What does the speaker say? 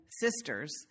sisters